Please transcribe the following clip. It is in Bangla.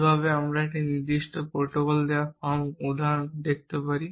কীভাবে আমরা একটি নির্দিষ্ট প্রোটোকল দেওয়া ফর্ম উদাহরণ দেখাতে পারি